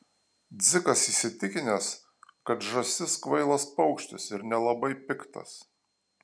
dzikas įsitikinęs kad žąsis kvailas paukštis ir nelabai piktas